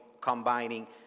combining